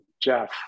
Jeff